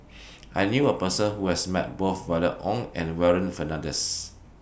I knew A Person Who has Met Both Violet Oon and Warren Fernandez